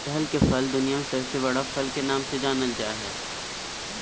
कटहल के फल दुनिया में सबसे बड़ा फल के नाम से जानल जा हइ